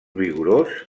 vigorós